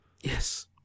Yes